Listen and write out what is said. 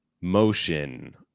motion